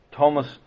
Thomas